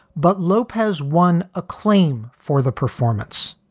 but lopez won acclaim for the performance,